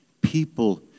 people